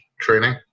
training